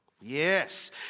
Yes